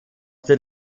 den